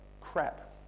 crap